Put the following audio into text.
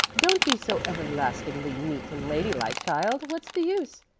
don't be so everlastingly neat and lady-like, child. what's the use?